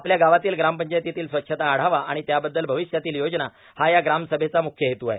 आपल्या गावातील ग्रामपंचायतीतील स्वच्छता आढावा आणि त्याबद्दल भविष्यातील योजना हा या ग्रामसभेचा मुख्य हेतु आहे